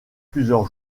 plusieurs